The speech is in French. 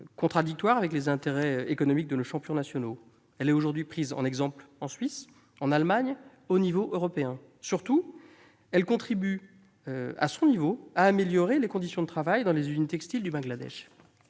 obérerait les intérêts économiques de nos champions nationaux. Elle est aujourd'hui prise en exemple en Suisse, en Allemagne et au niveau européen. Surtout, elle contribue, à son niveau, à améliorer les conditions de travail dans les usines textiles du Bangladesh.